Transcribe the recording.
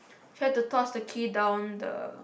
try to toss the key down the